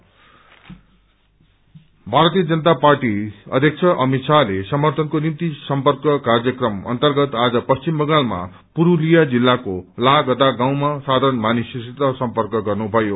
BJP Bharatiya Janata Party अध्यक्ष अमित शाहले समर्पनको निम्ति सर्म्थक कार्यक्रम अर्न्तगत आज पश्चिम बंगालमा पुस्तिया जिल्लको लागदा गाउँमा साधारण मानिसहस्सित समर्पक गर्नुषायो